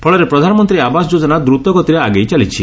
ଫଳରେ ପ୍ରଧାନମନ୍ତ୍ରୀ ଆବାସ ଯୋଜନା ଦ୍ରତଗତିରେ ଆଗେଇ ଚାଲିଛି